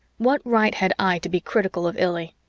what right had i to be critical of illy?